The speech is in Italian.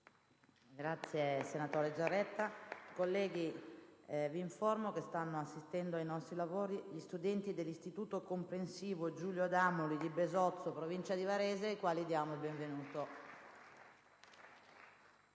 finestra"). Onorevoli colleghi, vi informo che stanno assistendo ai nostri lavori gli studenti dell'Istituto comprensivo «Giulio Adamoli» di Besozzo, in provincia di Varese, ai quali diamo il benvenuto.